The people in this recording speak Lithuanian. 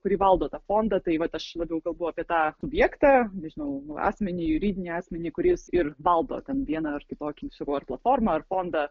kuri valdo tą fondą tai vat aš labiau kalbu apie tą subjektą nežinau asmenį juridinį asmenį kuris ir valdo ten vieną ar kitokį sakau ar platformą ar fondą